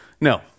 No